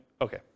Okay